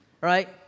right